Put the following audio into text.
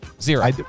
Zero